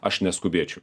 aš neskubėčiau